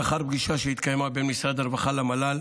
לאחר פגישה שהתקיימה בין משרד הרווחה למל"ל